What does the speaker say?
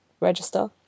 register